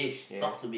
yes